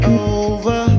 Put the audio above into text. over